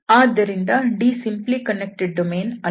ಆದ್ದರಿಂದ D simply connected domain ಅಲ್ಲ